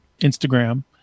instagram